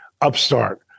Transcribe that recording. upstart